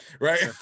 Right